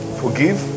forgive